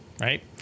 right